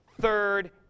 third